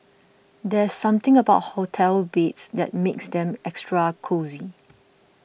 there's something about hotel beds that makes them extra cosy